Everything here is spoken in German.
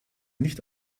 nicht